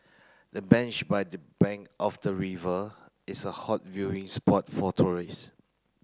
the bench by the bank of the river is a hot viewing spot for tourist